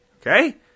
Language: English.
Okay